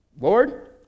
Lord